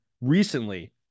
recently